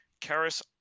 Karis